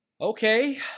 okay